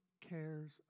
cares